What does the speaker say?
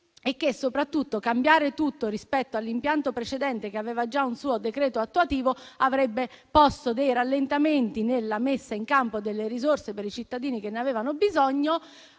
soprattutto, che cambiare tutto rispetto all'impianto precedente (che aveva già un suo decreto attuativo), avrebbe posto dei rallentamenti nella messa in campo delle risorse per i cittadini che ne avevano bisogno.